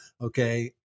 okay